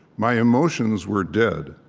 my emotions were dead.